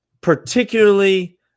particularly